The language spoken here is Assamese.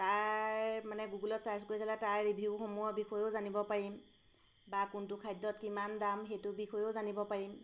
তাৰ মানে গুগলত ছাৰ্চ কৰি চালে তাৰ ৰিভিউসমূহৰ বিষয়েও জানিব পাৰিম বা কোনটো খাদ্যত কিমান দাম সেইটোৰ বিষয়েও জানিব পাৰিম